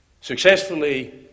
successfully